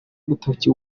agatoki